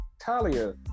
Talia